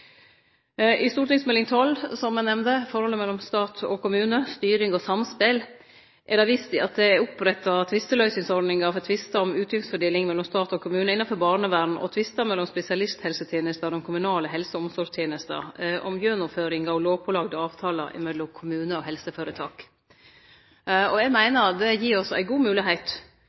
i forslaget. I Meld. St. 12 for 2011–2012 Stat og kommune – styring og samspel, som eg nemnde, er det vist til at det er oppretta tvisteløysingsordningar for tvistar om utgiftsfordelinga mellom stat og kommune innanfor barnevernet og for tvistar mellom spesialisthelsetenesta og den kommunale helse- og omsorgstenesta om gjennomføringa av lovpålagde avtalar mellom kommunar og helseføretak. Eg meiner det gir oss ei god